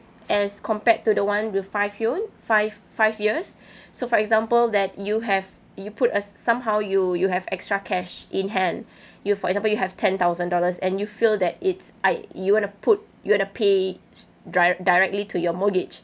as compared to the one with five five five years so for example that you have you put uh somehow you you have extra cash in hand you for example you have ten thousand dollars and you feel that it's I you want to put you want to pay di~ directly to your mortgage